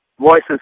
Voices